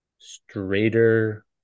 straighter